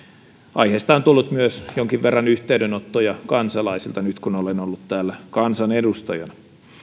aiheesta on tullut myös jonkin verran yhteydenottoja kansalaisilta nyt kun olen ollut täällä kansanedustajana